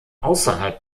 außerhalb